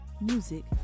music